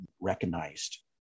recognized